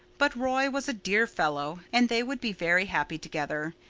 but roy was a dear fellow and they would be very happy together,